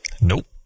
Nope